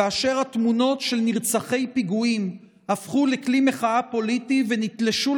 כאשר התמונות של נרצחי פיגועים הפכו לכלי מחאה פוליטי ונתלשו,